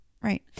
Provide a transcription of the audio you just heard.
right